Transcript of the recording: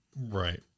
Right